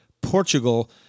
Portugal